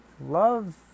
love